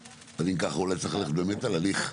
אז אם כך, אולי צריך ללכת באמת על הליך.